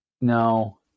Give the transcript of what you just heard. No